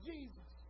Jesus